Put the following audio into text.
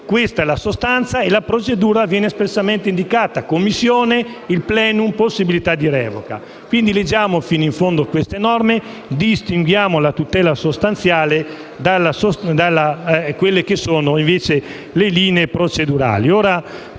Questa è la sostanza e la procedura viene espressamente indicata: Commissione, *plenum*, possibilità di revoca. Leggiamo quindi fino in fondo queste norme e distinguiamo la tutela sostanziale dalle linee procedurali.